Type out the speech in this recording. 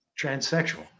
Transsexual